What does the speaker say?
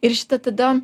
ir šitą tada